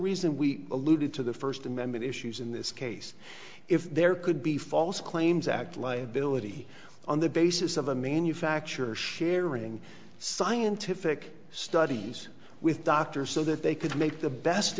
reason we alluded to the first amendment issues in this case if there could be false claims act liability on the basis of a manufacturer sharing scientific studies with doctor so that they could make the best